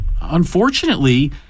unfortunately